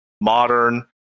Modern